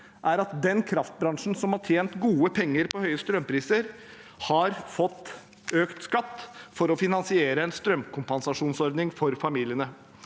er at den kraftbransjen som har tjent gode penger på høye strømpriser, har fått økt skatt for å finan siere en strømkompensasjonsordning for familiene.